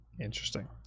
interesting